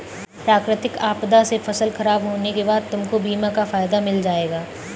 प्राकृतिक आपदा से फसल खराब होने के बाद तुमको बीमा का फायदा मिल जाएगा